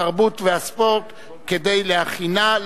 התרבות והספורט נתקבלה.